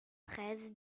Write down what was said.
treize